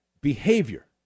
behavior